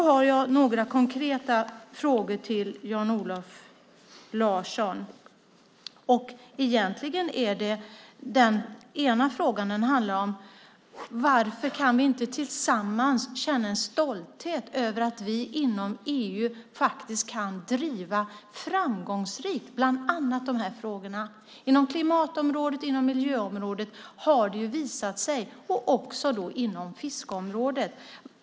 Jag har några konkreta frågor till Jan-Olof Larsson. Den ena frågan är: Varför kan vi inte tillsammans känna en stolthet över att vi inom EU framgångsrikt kan driva bland annat de här frågorna? Det har visat sig på klimatområdet, på miljöområdet och på fiskeområdet.